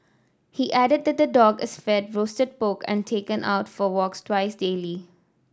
he added that the dog is fed roasted pork and taken out for walks twice daily